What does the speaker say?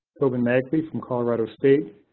tobin magle from colorado state,